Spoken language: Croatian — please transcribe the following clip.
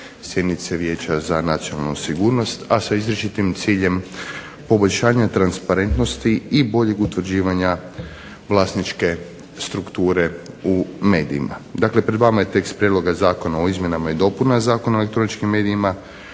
sjednice Vijeća za nacionalnu sigurnost, a sa izričitim ciljem poboljšanja transparentnosti i boljeg utvrđivanja vlasničke strukture u medijima. Dakle pred vama je tekst Prijedloga Zakona o izmjenama i dopunama Zakona o elektroničkim medijima,